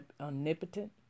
omnipotent